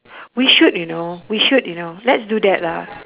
we should you know we should you know let's do that lah